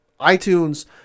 iTunes